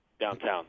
Downtown